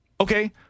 okay